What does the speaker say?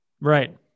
Right